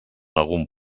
algun